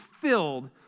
filled